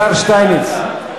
השר שטייניץ.